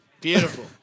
Beautiful